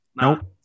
nope